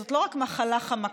זאת לא רק מחלה חמקמקה,